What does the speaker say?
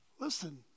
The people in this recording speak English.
Listen